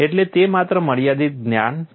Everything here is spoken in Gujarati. એટલે તે માત્ર મર્યાદિત જ્ઞાન છે